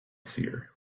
seer